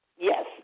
Yes